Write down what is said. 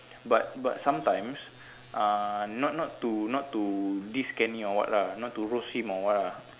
but but sometimes uh not not to not to diss Kenny or what lah not to roast him or what lah